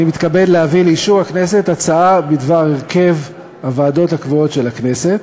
אני מתכבד להביא לאישור הכנסת הצעה בדבר הרכב הוועדות הקבועות של הכנסת